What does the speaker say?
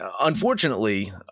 unfortunately